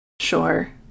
Sure